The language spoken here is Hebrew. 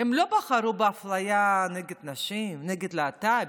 הם לא בחרו באפליה נגד נשים, נגד להט"בים,